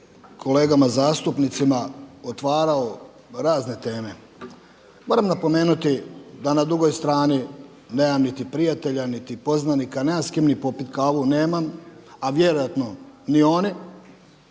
kolegama zastupnicima otvarao razne teme. Moram napomenuti da na drugoj strani nemam niti prijatelja, niti poznanika, nemam s kim ni popit kavu nemam, a vjerojatno ni oni,